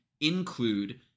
include